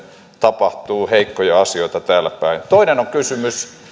tapahtuu heikkoja asioita täällä päin toinen kysymys on